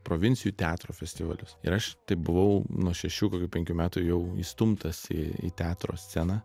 provincijų teatro festivalius ir aš taip buvau nuo šešių penkių metų jau įstumtas į į teatro sceną